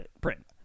print